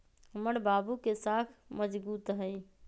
हमर बाबू के साख मजगुत हइ